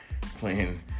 playing